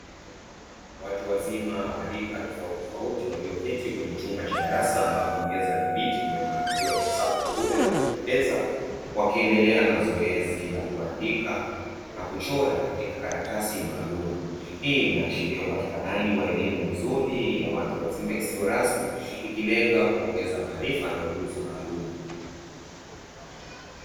Watu wazima wa rika tofautitofauti walioketi kwenye chumba cha darasa ambapo meza na viti vimepangiliwa kwa safu nzuri na za kupendeza. Wakiendelea na zoezi la kuandika na kuchora katika karatasi maalumu, hii inaashiria upatikanaji wa elimu nzuri ya watu wazima isiyo rasmi ikilenga kuongeza maarifa na ujuzi maalumu.